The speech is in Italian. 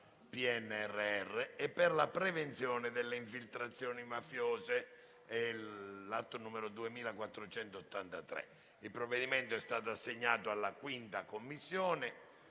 (PNRR) e per la prevenzione delle infiltrazioni mafiose» (2483). Il provvedimento è stato assegnato alla 5ª Commissione,